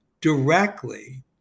directly